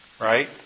Right